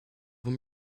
them